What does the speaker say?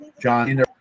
John